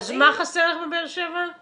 אז מה חסר לך בבאר שבע?